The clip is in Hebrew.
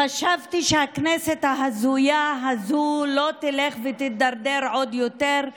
חשבתי שהכנסת ההזויה הזאת לא תלך ותידרדר עוד יותר,